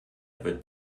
wird